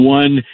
one